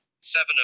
seven